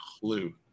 clue